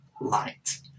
light